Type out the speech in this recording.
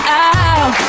out